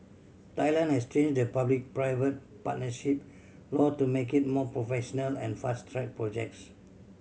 Thailand has changed the public private partnership law to make it more professional and fast track projects